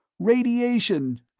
radiation.